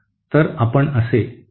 तर आपण असे वर्गीकृत करू शकतो